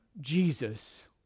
Jesus